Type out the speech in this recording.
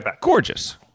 gorgeous